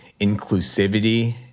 inclusivity